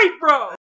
bro